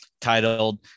titled